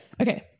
okay